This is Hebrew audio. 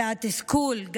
וגם התסכול,